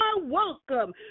welcome